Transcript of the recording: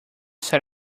sat